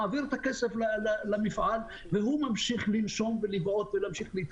הוא מעביר את הכסף למפעל והוא ממשיך לנשום ולהתקיים.